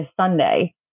Sunday